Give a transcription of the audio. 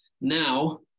Now